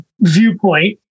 viewpoint